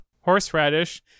Horseradish